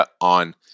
on